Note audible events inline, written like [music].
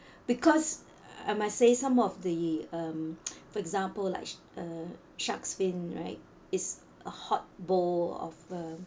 because I might say some of the um [noise] for example like uh shark's fin right is a hot bowl of uh